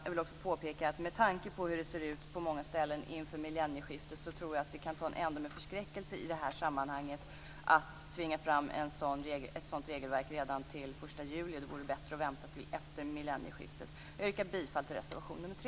Jag vill också påpeka att det med tanke på hur det ser ut på många ställen inför millennieskiftet kan ta en ände med förskräckelse om man tvingar fram ett sådant här regelverk redan till den 1 juli. Det vore bättre att vänta till efter millennieskiftet. Jag yrkar bifall till reservation nr 3.